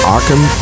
Arkham